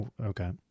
Okay